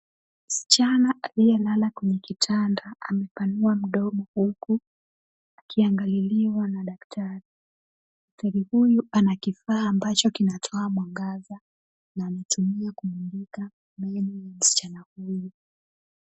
Msichana aliyelala kwenye kitanda amepanua mdomo huku akiangaliliwa na daktari. Daktari huyu ana kifaa ambacho kinatoa mwangaza na anatumia kumulika meno ya msichana huyu.